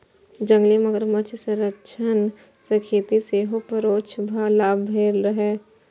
जंगली मगरमच्छ संरक्षण सं खेती कें सेहो परोक्ष लाभ भेलैए